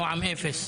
נעם אפס?